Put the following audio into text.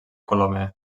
colomer